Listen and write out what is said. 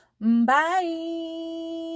bye